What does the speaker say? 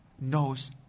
knows